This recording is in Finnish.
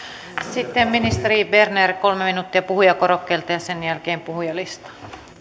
sitten ministeri berner kolme minuuttia puhujakorokkeelta ja sen jälkeen puhujalistaan